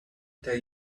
tell